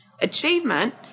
Achievement